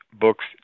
books